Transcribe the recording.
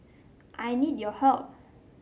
I need your help